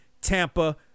Tampa